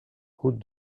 route